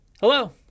Hello